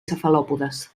cefalòpodes